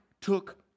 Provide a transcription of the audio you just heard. took